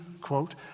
quote